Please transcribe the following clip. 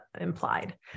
implied